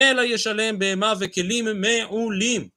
אלא ישלם במה וכלים מעולים